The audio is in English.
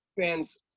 fans